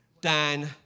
Dan